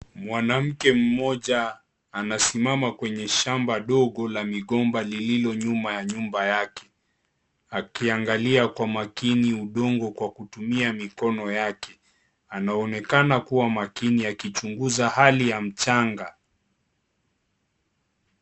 Mwanamke mmoja anasimama kwenye shamba dogo la migomba lililo nyuma ya nyumba yake, akiangalia kwa makini udongo kwa kutumia mikono yake , anaonekana akiwa makini akichunguza hali ya mchanga .